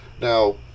now